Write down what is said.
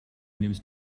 nimmst